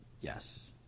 yes